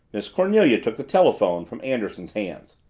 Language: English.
miss cornelia took the telephone from anderson's hands.